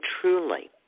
truly